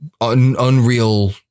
unreal